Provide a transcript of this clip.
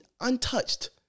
untouched